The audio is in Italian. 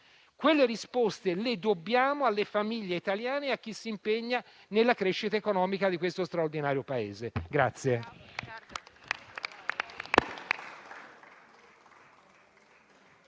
Quelle risposte le dobbiamo alle famiglie italiane e a chi si impegna nella crescita economica di questo straordinario Paese.